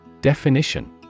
Definition